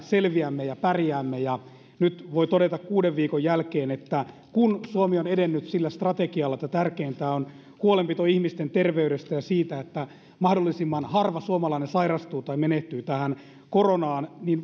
selviämme ja pärjäämme nyt voi todeta kuuden viikon jälkeen että kun suomi on edennyt sillä strategialla että tärkeintä on huolenpito ihmisten terveydestä ja siitä että mahdollisimman harva suomalainen sairastuu tai menehtyy tähän koronaan niin